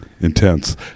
intense